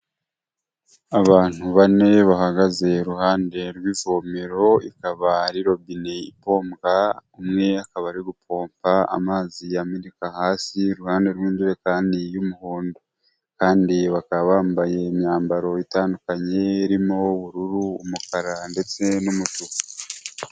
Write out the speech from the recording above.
Abantu bane bahagaze iruhande rw'ivomero, ikaba ari robine ipombwa, umwe akaba ari gupompa amazi ameneka hasi, iruhande rw'inzu kandi y'umuhondo, kandi bakaba bambaye imyambaro itandukanye irimo ubururu, umukara, ndetse n'umutuku.